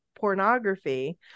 pornography